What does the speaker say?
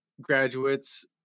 graduates